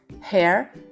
hair